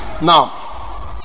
Now